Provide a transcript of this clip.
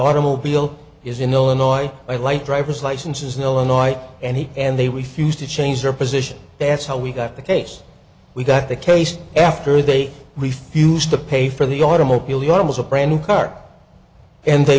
automobile is in illinois by light drivers licenses in illinois and he and they refused to change their position that's how we got the case we got the case after they refused to pay for the automobile iana was a brand new car and they